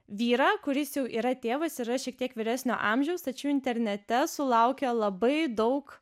vyrą kuris jau yra tėvas yra šiek tiek vyresnio amžiaus tačiau internete sulaukė labai daug